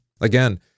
Again